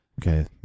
Okay